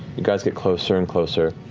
you guys get closer and closer.